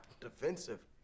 defensive